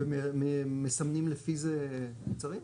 ומסמנים לפי זה מוצרים?